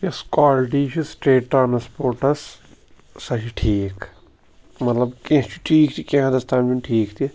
یۄس quality state سٹیٹ ٹرٛانسپوٹَس سۄ چھِ ٹھیٖک مطلب کینٛہہ چھُ ٹھیٖک تہِ کینٛہہ حدس تام چھُنہٕ ٹھیٖک تہِ